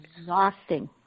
exhausting